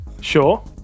Sure